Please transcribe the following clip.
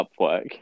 upwork